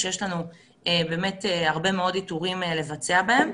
שיש לנו באמת הרבה מאוד איתורים לבצע בהן.